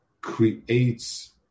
creates